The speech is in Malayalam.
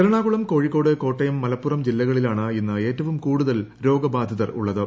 എറണാകുളം കോഴിക്കോട് കോട്ടയം മലപ്പുറം ജില്ലകളിലാണ് ഏറ്റവും കൂടുതൽ രോഗബാധിതരുള്ളത്